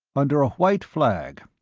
under a white flag.